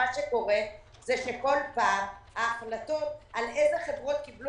מה שקורה זה שכל פעם ההחלטות על איזה חברות קיבלו